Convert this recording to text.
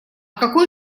какой